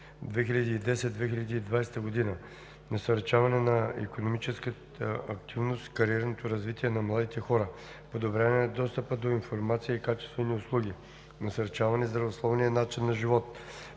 2010 – 2020 г.: насърчаване на икономическата активност и кариерното развитие на младите хора; подобряване достъпа до информация и качествени услуги; насърчаване здравословния начин на живот;